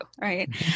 right